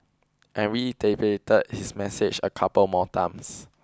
and reiterated his message a couple more times